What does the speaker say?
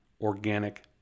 organic